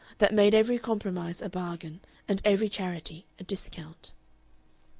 that made every compromise a bargain and every charity a discount.